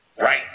right